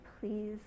please